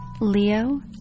Leo